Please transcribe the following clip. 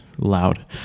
loud